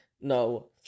No